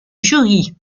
jury